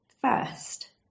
first